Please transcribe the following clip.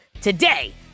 today